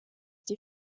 die